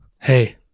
Hey